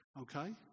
okay